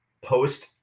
Post